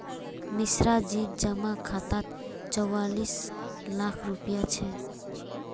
मिश्राजीर जमा खातात चौवालिस लाख रुपया छ